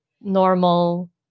normal